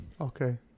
Okay